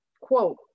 quote